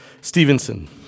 Stevenson